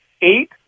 eight